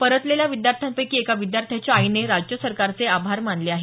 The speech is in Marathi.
परतलेल्या विद्यार्थ्यांपैकी एका विद्यार्थ्याच्या आईने राज्य सरकारचे आभार मानले आहेत